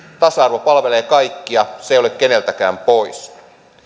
tasa arvo palvelee kaikkia se ei ole keneltäkään pois